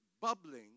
bubbling